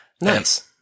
Nice